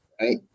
right